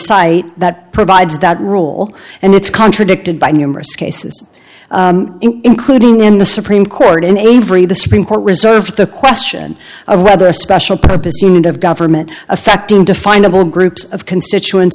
cite that provides that rule and it's contradicted by numerous cases including in the supreme court in avery the supreme court reserved the question of whether a special purpose of government affecting definable groups of constituents